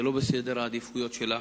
זה לא בסדר העדיפויות שלה.